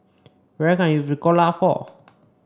what can I use Ricola for